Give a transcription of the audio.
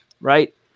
right